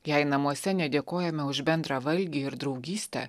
jei namuose nedėkojame už bendrą valgį ir draugystę